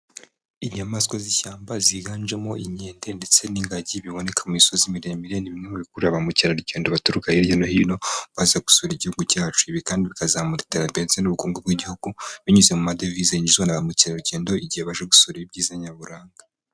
Inyamaswa z'ishyamba ziganjemo inkende ndetse n'ingagi biboneka mu misozi miremire ni bimwe bikuru ba mukerarugendo baturuka hirya no hino, baza gusura igihugu cyacu, ibi kandi bikazamura iterambere ndetse n'ubukungu bw'igihugu, binyuze mu madevize yishyurwa na ba mukerarugendo igihe baje gusura ibyiza nyaburanga.